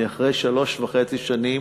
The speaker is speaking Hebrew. אני אחרי שלוש שנים